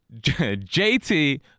JT